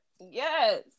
Yes